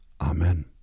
Amen